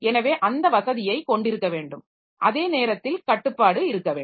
எனவே அந்த வசதியைக் கொண்டிருக்க வேண்டும் அதே நேரத்தில் கட்டுப்பாடு இருக்க வேண்டும்